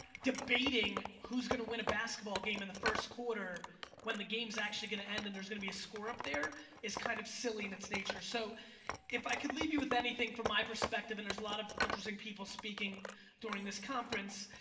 debating who's gonna win a basketball game in the first quarter when the game's actually gonna end and there's gonna be a score up there is kind of silly in its nature so if i could leave you with anything from my perspective and there's a lot of interesting people speaking during this conference,